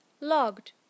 Logged